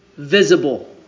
visible